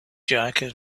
jacket